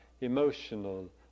emotional